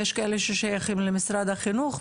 ויש כאלה ששייכים למשרד החינוך,